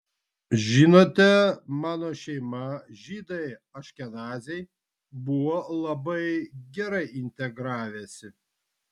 žinote mano šeima žydai aškenaziai buvo labai gerai integravęsi